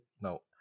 no